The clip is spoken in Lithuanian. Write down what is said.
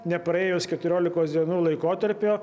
nepraėjus keturiolikos dienų laikotarpio